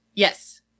Yes